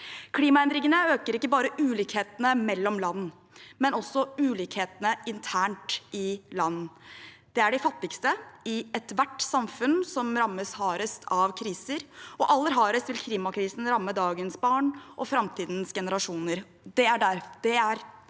Klimaendringene øker ikke bare ulikhetene mellom land, men også ulikhetene internt i land. Det er de fattigste i ethvert samfunn som rammes hardest av kriser. Aller hardest vil klimakrisen ramme dagens barn og framtidens generasjoner. Det er grunnen til